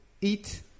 eat